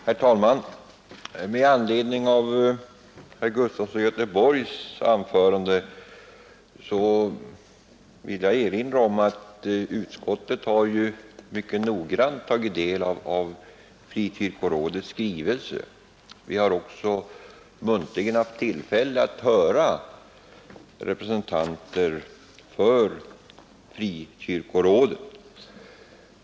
Herr talman! Med anledning av anförandet av herr Gustafson i Göteborg vill jag framhålla att utskottet mycket noggrant tagit del av Frikyrkorådets skrivelse. Vi har också haft tillfälle att höra representanter för Frikyrkorådet.